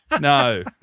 No